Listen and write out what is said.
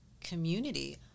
community